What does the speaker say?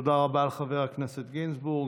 תודה רבה לחבר הכנסת גינזבורג.